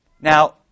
Now